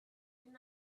deny